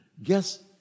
Guess